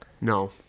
No